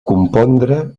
compondre